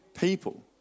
people